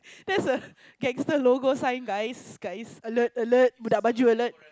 that's a gangster logo sign guys guys alert alert alert